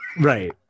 Right